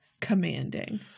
commanding